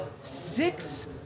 Six